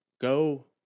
go